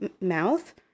mouth